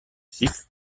cycle